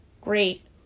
great